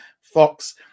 Fox